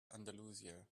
andalusia